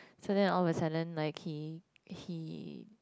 so then all of the sudden like he he